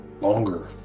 Longer